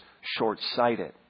short-sighted